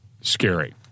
scary